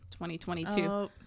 2022